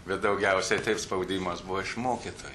bet daugiausiai taip spaudimas buvo iš mokytojų